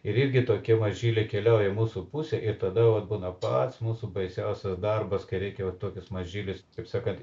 ir irgi tokie mažyliai keliauja į mūsų pusę ir tada vat būna pats mūsų baisiausias darbas kai reikia va tokius mažylius taip sakant